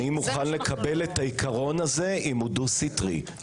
אני מוכן לקבל את העיקרון הזה אם הוא דו סטרי.